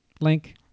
link